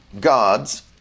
God's